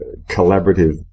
collaborative